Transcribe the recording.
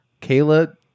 Kayla